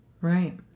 Right